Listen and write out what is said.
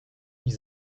die